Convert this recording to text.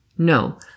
No